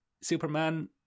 Superman